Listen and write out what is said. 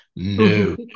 No